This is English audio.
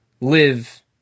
live